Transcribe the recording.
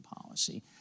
policy